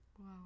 Wow